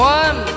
one